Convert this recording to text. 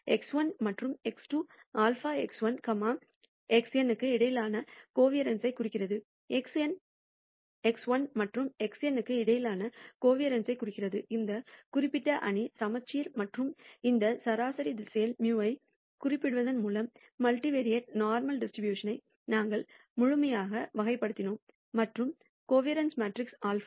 x1 மற்றும் x2 σ x1 xn க்கு இடையிலான கோவாரென்ஸைக் குறிக்கிறது xn x1 மற்றும் xn க்கு இடையிலான கோவாரென்ஸைக் குறிக்கிறது இந்த குறிப்பிட்ட அணி சமச்சீர் மற்றும் இந்த சராசரி திசையன் μ ஐக் குறிப்பிடுவதன் மூலம் மல்டிவெறியேட் நோர்மல் டிஸ்ட்ரிபியூஷனை நாங்கள் முழுமையாக வகைப்படுத்தினோம் மற்றும் கோவாரன்ஸ் மேட்ரிக்ஸ் σ